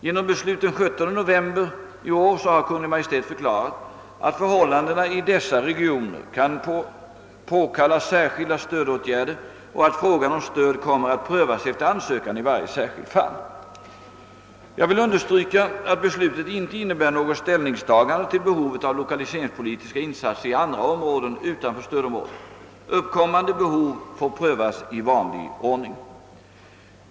Genom beslut den 17 november 1967 har Kungl. Maj:t förklarat ait förhållandena i dessa regioner kan påkalla särskilda stödåtgärder och att frågan om stöd kommer att prövas efter ansökan i varje särskilt fall. Jag vill understryka att beslutet inte innebär något ställningstagande till behovet av lokaliseringspolitiska insatser i andra områden utanför stödområdet. Uppkommande behov får prövas i vanlig ordning.